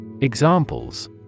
Examples